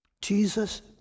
Jesus